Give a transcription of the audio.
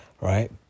right